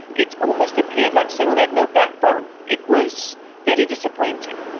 it almost appeared like cyril had no backbone. it was very disappointing.